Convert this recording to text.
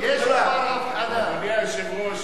אדוני היושב-ראש,